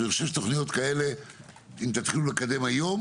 אני חושב שתוכניות כאלה אם תתחילו לקדם היום,